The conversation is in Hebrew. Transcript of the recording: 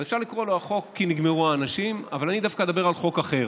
אז אפשר לקרוא לו: החוק כי נגמרו האנשים אבל אני דווקא אדבר על חוק אחר.